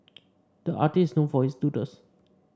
the artist is known for his doodles